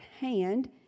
hand